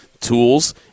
tools